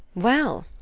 well,